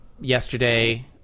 yesterday